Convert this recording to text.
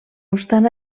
obstant